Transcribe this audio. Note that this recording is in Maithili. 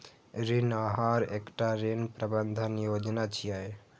ऋण आहार एकटा ऋण प्रबंधन योजना छियै